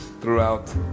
throughout